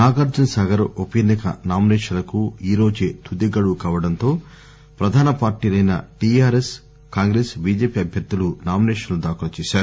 నాగార్ఘన సాగర్ ఉప ఎన్నిక నామినేష్లకు ఈరోజు తుది గడువు కావడంతో ప్రధాన పార్టీలైన టీఆర్ఎస్ కాంగ్రెస్ బీజేపీ అభ్యర్దులు నామినేషన్లను దాఖలు చేశారు